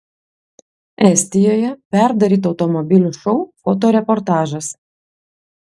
estijoje perdarytų automobilių šou fotoreportažas